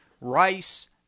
Rice